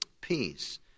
Peace